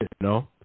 No